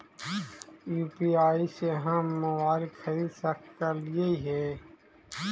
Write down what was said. UPI से हम mobile खरिद सकलिऐ है